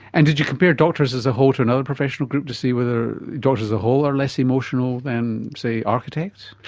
and did you compare doctors as a whole to another professional group to see whether doctors as a whole are less emotional than, say, architects?